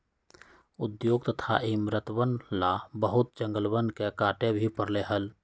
उद्योग तथा इमरतवन ला बहुत जंगलवन के काटे भी पड़ले हल